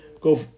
go